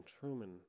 Truman